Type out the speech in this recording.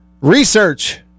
Research